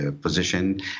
position